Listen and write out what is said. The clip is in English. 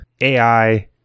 AI